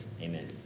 Amen